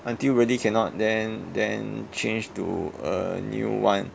until really cannot then then change to a new one